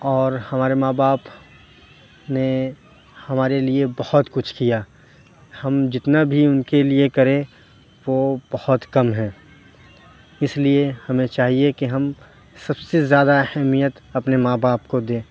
اور ہمارے ماں باپ نے ہمارے لیے بہت کچھ کیا ہم جتنا بھی اُن کے لیے کریں وہ بہت کم ہے اِس لیے ہمیں چاہیے کہ ہم سب سے زیادہ اہمیت اپنے ماں باپ کو دیں